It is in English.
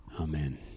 Amen